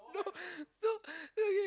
no no then you